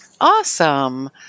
Awesome